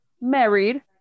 married